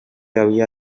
havia